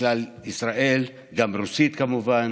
וכלל ישראל, גם רוסית, כמובן,